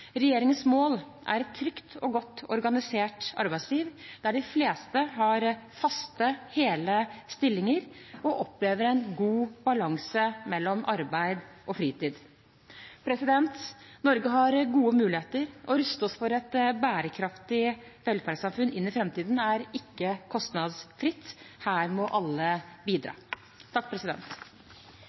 Regjeringens mål er et trygt og godt organisert arbeidsliv, der de fleste har faste, hele stillinger og opplever en god balanse mellom arbeid og fritid. Norge har gode muligheter. Å ruste oss for et bærekraftig velferdssamfunn inn i framtiden er ikke kostnadsfritt. Her må alle bidra.